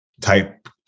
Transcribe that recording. type